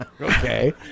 Okay